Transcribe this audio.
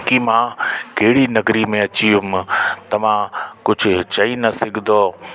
की मां कहिड़ी नगरी में अची वियुमि मां त मां कुझु चई न सघंदो